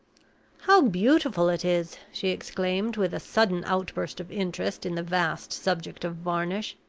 how beautiful it is! she exclaimed, with a sudden outburst of interest in the vast subject of varnish.